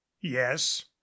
yes